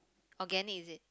organic is it